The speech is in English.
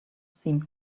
seem